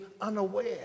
unaware